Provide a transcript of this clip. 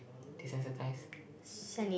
desensitize